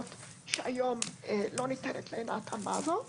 שהיום לא ניתנת להם ההתאמה הזאת,